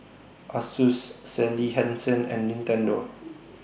Asus Sally Hansen and Nintendo